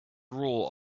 rule